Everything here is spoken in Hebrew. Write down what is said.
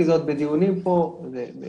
כי זה עוד בדיונים פה של